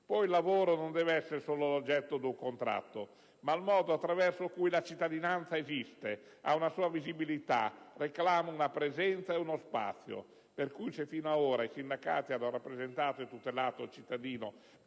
Poi, il lavoro non deve essere solo l'oggetto di un contratto, ma il modo attraverso cui la cittadinanza esiste, ha una sua visibilità, reclama una presenza e uno spazio. Per cui se fino ad ora i sindacati hanno rappresentato e tutelato il cittadino